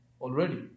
already